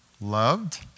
loved